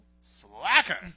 Slacker